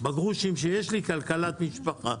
בגרושים שיש לי כלכלת משפחה.